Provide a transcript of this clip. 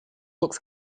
looks